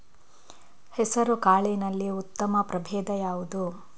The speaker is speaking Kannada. ಹೆಸರುಕಾಳಿನಲ್ಲಿ ಉತ್ತಮ ಪ್ರಭೇಧ ಯಾವುದು?